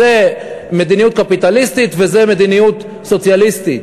זו מדיניות קפיטליסטית וזו מדיניות סוציאליסטית.